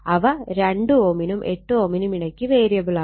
അവ 2 Ω നും 8 Ω നും ഇടക്ക് വേരിയബിളാണ്